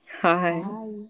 Hi